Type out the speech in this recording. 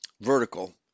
vertical